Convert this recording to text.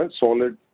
solid